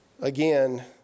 Again